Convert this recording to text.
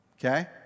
Okay